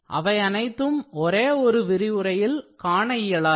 அவையனைத்தையும் ஒரே ஒரு விரிவுரையில் காண இயலாது